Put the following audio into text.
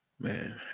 man